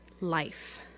life